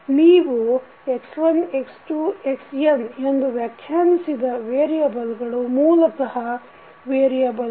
ನೀವು x1 x2 xn ಎಂದು ವ್ಯಾಖ್ಯಾನಿಸಿದ ವೇರಿಯಬಲ್ಗಳು ಮೂಲತಃ ವೇರಿಯಬಲ್ಗಳು